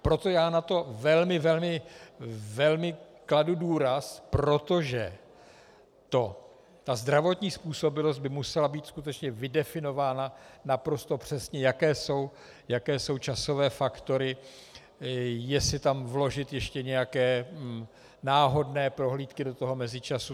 Proto já na to velmi, velmi kladu důraz, protože zdravotní způsobilost by musela být skutečně vydefinována naprosto přesně, jaké jsou časové faktory, jestli tam vložit ještě nějaké náhodné prohlídky do mezičasu.